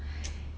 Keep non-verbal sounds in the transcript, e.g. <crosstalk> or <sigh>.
<noise>